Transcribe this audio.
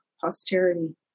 posterity